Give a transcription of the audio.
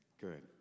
Good